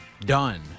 done